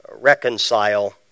reconcile